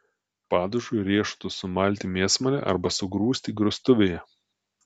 padažui riešutus sumalti mėsmale arba sugrūsti grūstuvėje